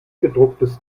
gedrucktes